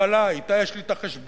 ההובלה, אִתה יש לי את החשבון,